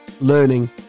learning